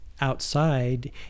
Outside